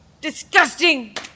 Disgusting